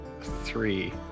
Three